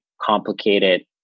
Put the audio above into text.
complicated